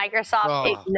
Microsoft